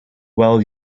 well